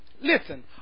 Listen